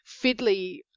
fiddly